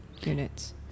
units